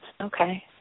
Okay